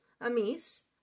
Amis